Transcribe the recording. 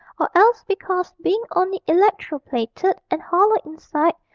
or else because, being only electro-plated and hollow inside,